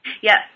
Yes